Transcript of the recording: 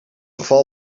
geval